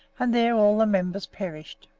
and there all the members perished.